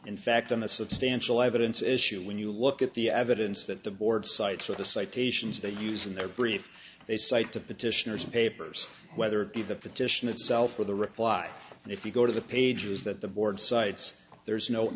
in fact on the substantial evidence issue when you look at the evidence that the board cites or the citations they use in their brief they cite to petitioners papers whether it be the petition itself or the reply and if you go to the pages that the board cites there's no